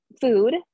food